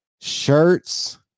Shirts